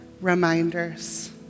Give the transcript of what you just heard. reminders